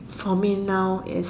for me now is